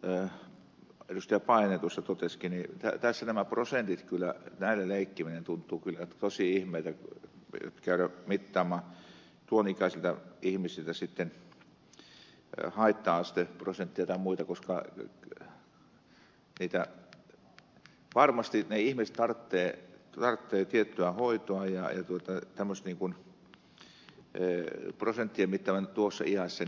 tähän pysty vaan joku satu taskinen tässä paajanen tuossa totesikin näillä prosenteilla leikkiminen tuntuu kyllä tosi ihmeeltä jotta käydään mittaamaan tuon ikäisiltä ihmisiltä haitta asteprosenttia tai muita koska varmasti ne ihmiset tarvitsevat tiettyä hoitoa ja tämmöinen prosenttien mittaaminen tuossa iässä